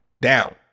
down